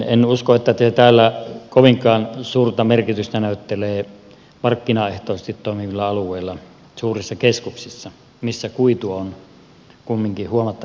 en usko että tämä kovinkaan suurta merkitystä näyttelee markkinaehtoisesti toimivilla alueilla suurissa keskuksissa missä kuitu on kumminkin huomattavasti nopeampi